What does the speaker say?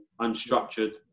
unstructured